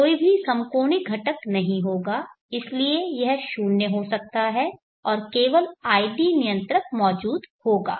कोई भी समकोणिक घटक नहीं होगा इसलिए यह शून्य हो सकता है और केवल id नियंत्रक मौजूद होगा